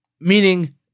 meaning